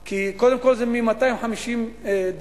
כי קודם כול זה מ-250 דירות,